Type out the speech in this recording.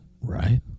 right